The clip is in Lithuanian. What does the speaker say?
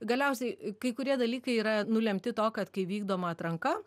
galiausiai kai kurie dalykai yra nulemti to kad kai vykdoma atranka